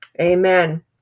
Amen